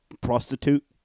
prostitute